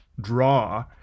draw